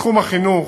בתחום החינוך,